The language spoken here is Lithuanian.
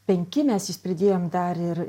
penki mes juos pridėjom dar ir